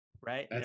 Right